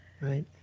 Right